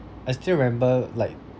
I still remember like